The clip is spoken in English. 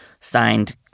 signed